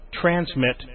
transmit